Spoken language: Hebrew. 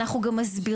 אנחנו גם מסבירים,